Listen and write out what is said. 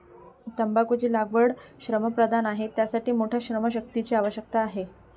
तंबाखूची लागवड श्रमप्रधान आहे, त्यासाठी मोठ्या श्रमशक्तीची आवश्यकता आहे